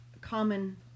common